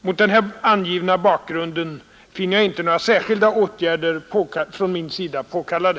Mot den här angivna bakgrunden finner jag inte några särskilda årgärder från min sida påkallade.